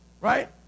right